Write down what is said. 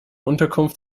unterkunft